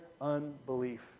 unbelief